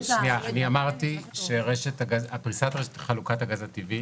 --- אמרתי שפריסת רשת חלוקת הגז הטבעי